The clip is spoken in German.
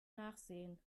nachsehen